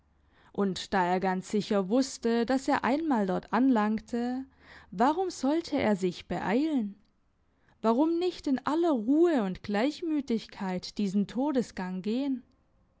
und da er ganz sicher wusste dass er einmal dort anlangte warum sollte er sich beeilen warum nicht in aller ruhe und gleichmütigkeit diesen todesgang gehen